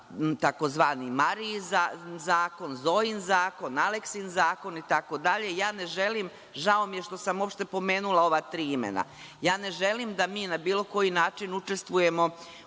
za tzv. Marijin zakon, Zojin zakon, Aleksin zakon itd. Žao mi je što sam uopšte pomenula ova tri imena, ja ne želim da mi na bilo koji način učestvujemo